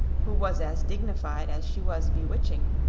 who was as dignified as she was bewitching,